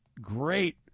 great